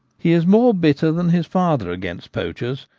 he is more bitter than his father against poachers,